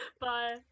Bye